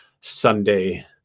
Sunday